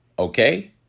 Okay